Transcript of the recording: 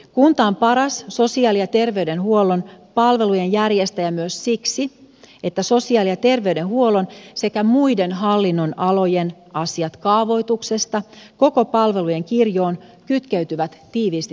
kunta on paras sosiaali ja terveydenhuollon palvelujen järjestäjä myös siksi että sosiaali ja terveydenhuollon sekä muiden hallinnonalojen asiat kaavoituksesta koko palvelujen kirjoon kytkeytyvät tiiviisti toisiinsa